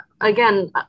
again